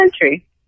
country